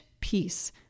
peace